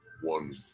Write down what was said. one